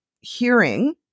hearing